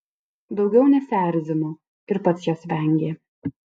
daugiau nesierzino ir pats jos vengė